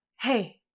Hey